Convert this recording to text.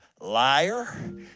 liar